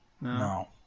No